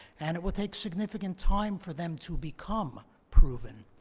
and it will take significant time for them to become proven.